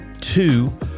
Two